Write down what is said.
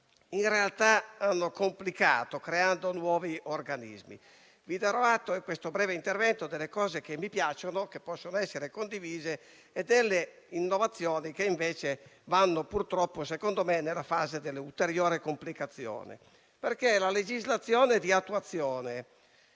in realtà hanno complicato, creando nuovi organismi. Vi darò atto, in questo mio breve intervento, delle cose che mi piacciono e che possono essere condivise e delle innovazioni che invece - secondo me - vanno purtroppo nella categoria delle ulteriori complicazioni. La legislazione di attuazione